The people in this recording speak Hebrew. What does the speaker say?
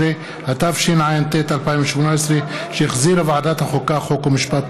15), התשע"ט 2018, שהחזירה ועדת החוקה, חוק ומשפט.